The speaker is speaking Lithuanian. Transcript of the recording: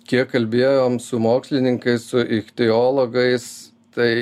kiek kalbėjom su mokslininkais su ichtiologais tai